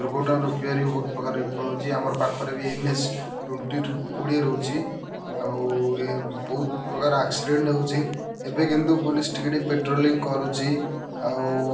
ଦୁର୍ଘଟଣା ରୋକିବାରେ ବି ବହୁତ ପ୍ରକାର ବିଫଳ ହେଉଛି ଆମର ପାଖରେବି ଏନ୍ ଏଚ୍ ଟ୍ୱେଣ୍ଟି କୋଡ଼ିଏ ରହୁଛି ଆଉ ବହୁତ ପ୍ରକାର ଆକ୍ସିଡ଼େଣ୍ଟ୍ ହେଉଛି ଏବେ କିନ୍ତୁ ପୋଲିସ୍ ଟିକେ ଟିକେ ପ୍ରେଟୋଲିଙ୍ଗ୍ କରୁଛି ଆଉ